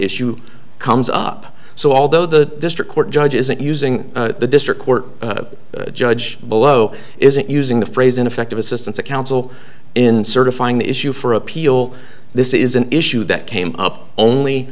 issue comes up so although the district court judge isn't using the district court judge below isn't using the phrase ineffective assistance of counsel in certifying the issue for appeal this is an issue that came up only